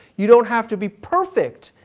you don't have to be perfect,